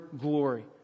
glory